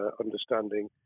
understanding